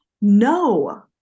No